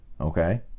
okay